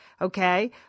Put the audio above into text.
Okay